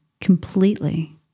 completely